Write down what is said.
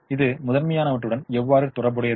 இது முதன்மையானவற்றுடன் எவ்வாறு தொடர்புடையது